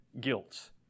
guilt